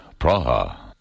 Praha